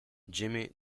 jimmy